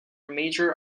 major